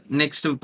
next